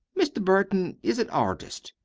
mr. burton is an artist.